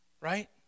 right